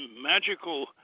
magical